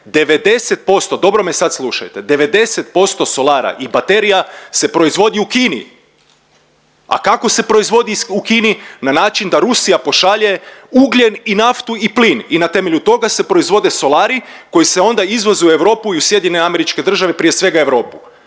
90% solara i baterija se proizvodi u Kini. A kako se proizvodi u Kini? Na način da Rusija pošalje ugljen i naftu i plin i na temelju toga se proizvode solari koji se onda izvoze u Europu i u SAD, prije svega Europu.